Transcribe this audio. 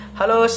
Hello